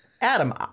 Adam